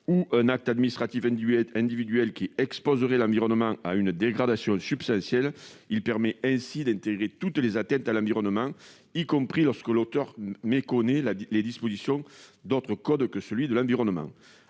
ou un acte administratif individuel qui exposerait l'environnement à une dégradation substantielle. Il permet ainsi d'intégrer toutes les atteintes à l'environnement, y compris lorsque l'auteur méconnaît les dispositions d'autres codes que celui de l'environnement.